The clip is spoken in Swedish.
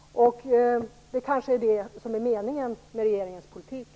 Det kanske är det som är meningen med regeringens politik.